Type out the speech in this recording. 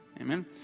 Amen